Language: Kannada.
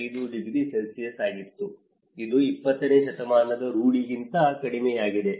5 ಡಿಗ್ರಿ ಸೆಲ್ಸಿಯಸ್ ಆಗಿತ್ತು ಇದು 20 ನೇ ಶತಮಾನದ ರೂಢಿಗಿಂತ ಕಡಿಮೆಯಾಗಿದೆ